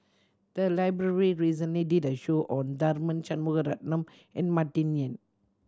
the library recently did a show on Tharman Shanmugaratnam and Martin Yan